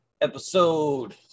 episode